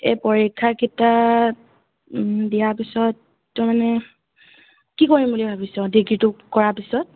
এই পৰীক্ষাকিটা দিয়া পিছত তো মানে কি পঢ়িম বুলি ভাবিছ ডিগ্ৰীটো কৰা পিছত